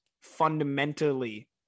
fundamentally